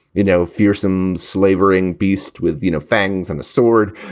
you know, fearsome, slavering beast with, you know, fangs and a sword.